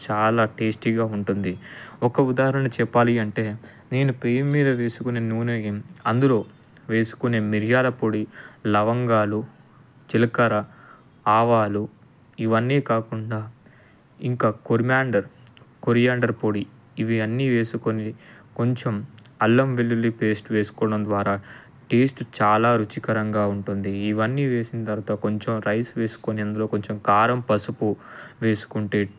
చాలా టేస్టీగా ఉంటుంది ఒక ఉదాహరణ చెప్పాలి అంటే నేను పెనం మీద వేసుకునే నూనె అందులో వేసుకునే మిరియాల పొడి లవంగాలు జీలకర్ర ఆవాలు ఇవన్నీ కాకుండా ఇంకా కొరిమాండర్ కొరియాండర్ పొడి ఇవి అన్ని వేసుకుని కొంచెం అల్లం వెల్లుల్లి పేస్ట్ వేసుకోవడం ద్వారా టేస్ట్ చాలా రుచికరంగా ఉంటుంది ఇవన్నీ వేసిన తర్వాత కొంచెం రైస్ వేసుకుని అందులో కొంచెం కారం పసుపు వేసుకుంటే